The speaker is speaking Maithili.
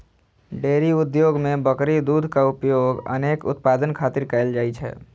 डेयरी उद्योग मे बकरी दूधक उपयोग अनेक उत्पाद खातिर कैल जाइ छै